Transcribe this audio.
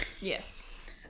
Yes